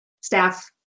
staff